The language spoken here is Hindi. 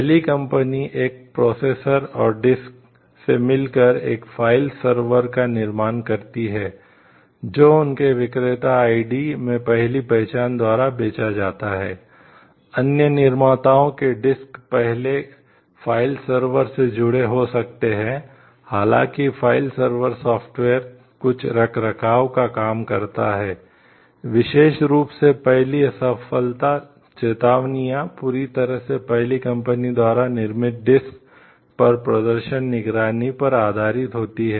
पहली कंपनी एक प्रोसेसर और डिस्क पर प्रदर्शन निगरानी पर आधारित होती हैं